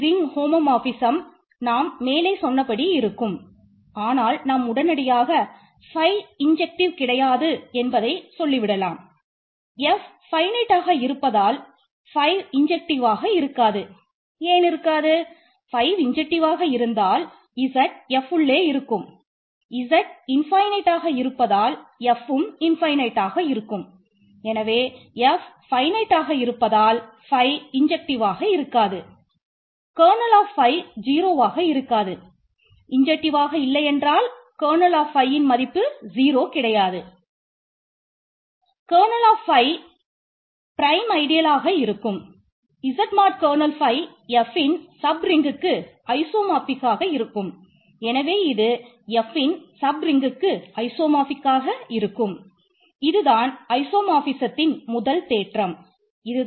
finite ஃபீல்ட்டாக மதிப்பு 0 கிடையாது